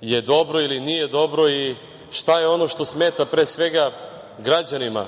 je dobro ili nije dobro i šta je ono što smeta, pre svega, građanima